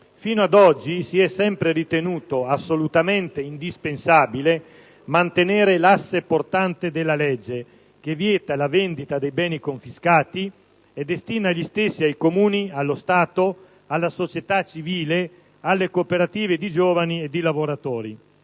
Fino ad oggi si è sempre ritenuto assolutamente indispensabile mantenere l'asse portante della legge, che vieta la vendita dei beni confiscati e destina gli stessi ai Comuni, allo Stato, alla società civile, alle cooperative di giovani e di lavoratori.